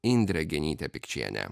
indrė genytė pikčienė